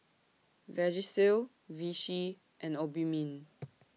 Vagisil Vichy and Obimin